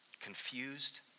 Confused